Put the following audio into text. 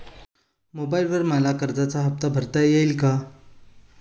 मोबाइलवर मला कर्जाचा हफ्ता भरता येईल का?